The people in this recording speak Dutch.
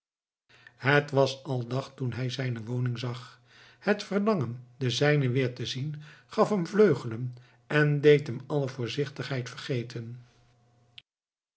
het was al dag toen hij zijne woning zag het verlangen de zijnen weer te zien gaf hem vleugelen en deed hem alle voorzichtigheid vergeten